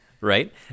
Right